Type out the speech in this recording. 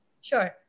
Sure